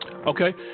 Okay